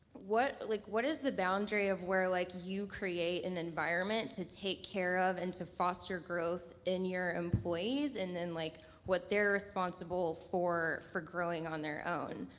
what like what is the boundary of where like you create an environment to take care of and to foster growth in your employees and then, like what they're responsible for for growing on their own?